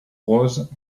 rose